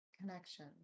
Connection